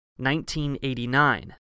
1989